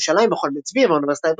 ירושלים מכון בן צבי והאוניברסיטה העברית,